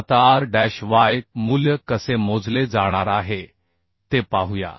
आता R dash y मूल्य कसे मोजले जाणार आहे ते पाहूया